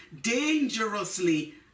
dangerously